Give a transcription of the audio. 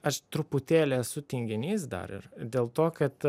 aš truputėlį esu tinginys dar ir ir dėl to kad